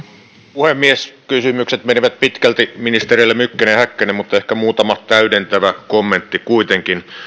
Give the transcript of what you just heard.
puhemies kysymykset menivät pitkälti ministereille mykkänen ja häkkänen mutta ehkä muutama täydentävä kommentti kuitenkin